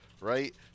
right